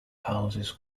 houses